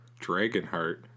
Dragonheart